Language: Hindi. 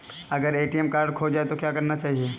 अगर ए.टी.एम कार्ड खो जाए तो क्या करना चाहिए?